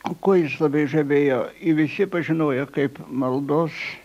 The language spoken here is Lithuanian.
kuo jis labai žavėjo jį visi pažinojo kaip maldos